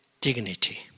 dignity